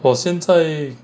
我现在